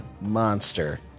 monster